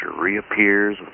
reappears